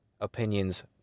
opinions